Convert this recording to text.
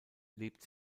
lebt